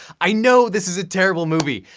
i know this is a terrible movie,